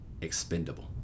expendable